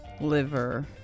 Liver